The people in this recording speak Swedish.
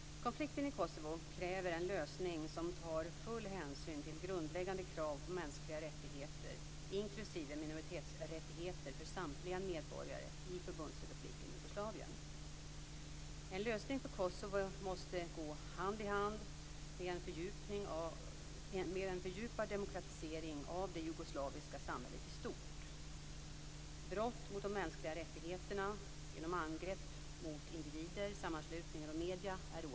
Konflikten i Kosovo kräver en lösning som tar full hänsyn till grundläggande krav på mänskliga rättigheter inklusive minoritetsrättigheter för samtliga medborgare i Förbundsrepubliken Jugoslavien. En lösning för Kosovo måste gå hand i hand med en fördjupad demokratisering av det jugoslaviska samhället i stort. Brott mot de mänskliga rättigheterna genom angrepp mot individer, sammanslutningar och medier är oacceptabla.